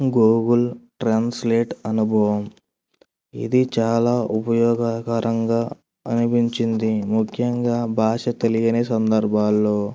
Google translate అనుభవం ఇది చాలా ఉపయోగకరంగా అనిపించింది ముఖ్యంగా భాష తెలియని సందర్భాల్లో